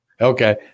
Okay